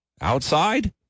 outside